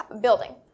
building